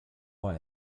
war